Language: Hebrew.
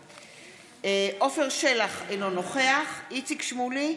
עפר שלח, אינו נוכח איציק שמולי,